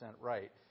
right